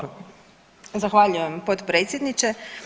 Zahvaljujem potpredsjedniče.